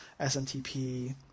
SMTP